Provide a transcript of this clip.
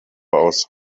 aus